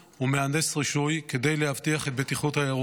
ומהנדס רישוי, כדי להבטיח את בטיחות האירוע.